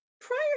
prior